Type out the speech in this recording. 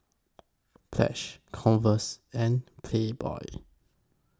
Pledge Converse and Playboy